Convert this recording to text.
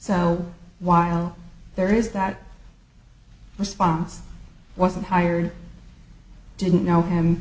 so while there is that response wasn't hired didn't know him